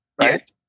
right